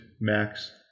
Max